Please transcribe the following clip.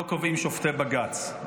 לא קובעים שופטי בג"ץ,